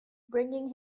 bringing